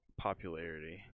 popularity